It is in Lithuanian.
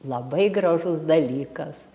labai gražus dalykas